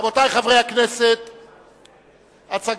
אנחנו